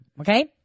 Okay